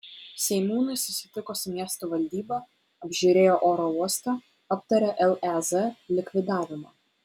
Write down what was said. seimūnai susitiko su miesto valdyba apžiūrėjo oro uostą aptarė lez likvidavimą